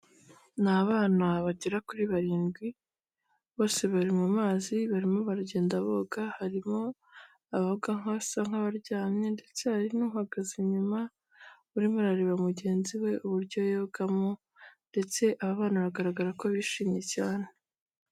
Ni abana bagera kuri barindwi, bose bari mu mazi barimo baragenda boga, harimo aboga basa nk'abaryamye ndetse hari n'uhagaze inyuma, urimo arareba mugenzi we uburyo yogamo ndetse aba bana biragaragara ko bishimye cyane.